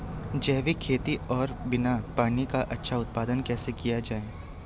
जैविक खेती और बिना पानी का अच्छा उत्पादन कैसे किया जाए?